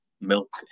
milk